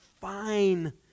fine